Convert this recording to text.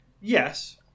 Yes